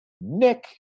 Nick